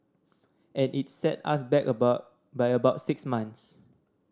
and it set us back by about six months